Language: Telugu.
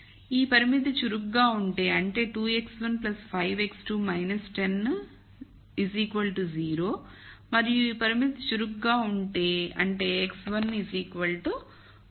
ఈ పరిమితి చురుకుగా ఉంటే అంటే 2x1 5 x2 10 0 మరియు ఈ పరిమితి చురుకుగా ఉంటే అంటే x1 1